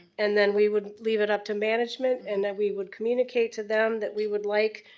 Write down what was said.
and then we would leave it up to management, and then we would communicate to them that we would like,